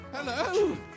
Hello